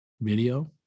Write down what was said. video